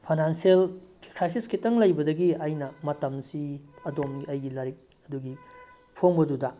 financial crisis ꯈꯤꯇꯪ ꯂꯩꯕꯗꯒꯤ ꯑꯩꯅ ꯃꯇꯝꯁꯤ ꯑꯗꯣꯝꯒꯤ ꯑꯩꯒꯤ ꯂꯥꯏꯔꯤꯛ ꯑꯗꯨꯒꯤ ꯐꯣꯡꯕꯗꯨꯗ